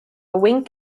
wink